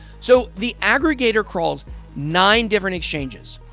so, the aggregator crawls nine different exchanges.